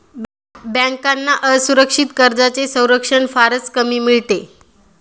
बँकांना असुरक्षित कर्जांचे संरक्षण फारच कमी मिळते